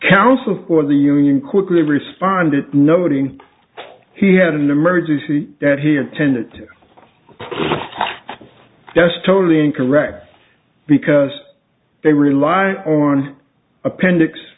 counsel for the union quickly responded noting he had an emergency that he intended to just totally incorrect because they rely on appendix